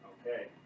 Okay